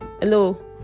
hello